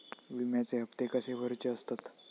विम्याचे हप्ते कसे भरुचे असतत?